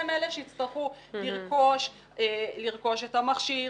הם אלה שיצטרכו לרכוש את המכשיר,